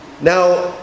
Now